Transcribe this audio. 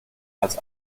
als